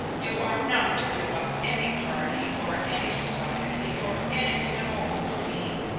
you are not to give up any party, or any society, or anything at all for me.